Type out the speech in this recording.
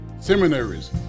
seminaries